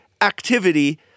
activity